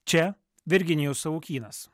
čia virginijus savukynas